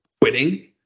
quitting